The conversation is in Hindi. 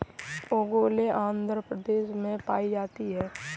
ओंगोले आंध्र प्रदेश में पाई जाती है